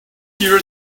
here